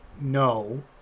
no